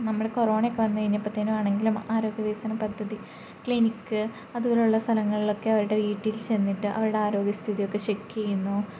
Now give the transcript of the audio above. നമ്മൾ കൊറോണയൊക്കെ വന്നു കഴിഞ്ഞപ്പോഴത്തേന് ആണെങ്കിലും ആരോഗ്യ വികസന പദ്ധതി ക്ലിനിക്ക് അതുപോലെയുള്ള സ്ഥലങ്ങളൊക്കെ അവരുടെ വീട്ടിൽ ചെന്നിട്ട് അവരുടെ ആരോഗ്യസ്ഥിതി ഒക്കെ ചെക്ക് ചെയ്യുന്നു